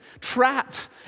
trapped